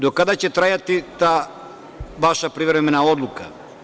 Do kada će trajati ta vaša privremena odluka?